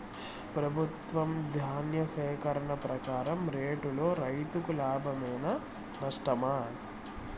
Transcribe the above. ప్రభుత్వం ధాన్య సేకరణ ప్రకారం రేటులో రైతుకు లాభమేనా నష్టమా?